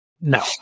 No